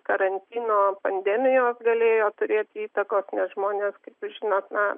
karantino pandemijos galėjo turėt įtakos nes žmonės kaip jūs žinot na